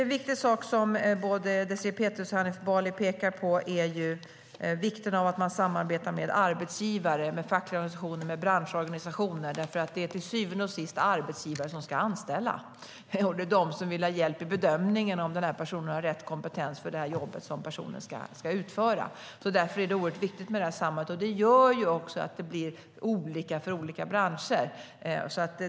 En viktig sak som både Désirée Pethrus och Hanif Bali pekar på är vikten av att man samarbetar med arbetsgivare, med fackliga organisationer och med branschorganisationer, för det är till syvende och sist arbetsgivare som ska anställa, och det är de som vill ha hjälp med bedömningen om en viss person har rätt kompetens för det jobb som ska utföras. Därför är det oerhört viktigt med samarbete. Det gör också att det blir olika för olika branscher.